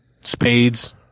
Spades